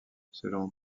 selon